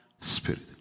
spirit